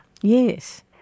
Yes